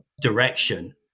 direction